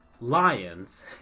Lions